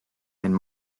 and